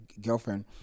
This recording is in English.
girlfriend